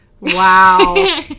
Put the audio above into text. Wow